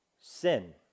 sin